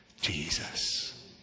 Jesus